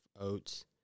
oats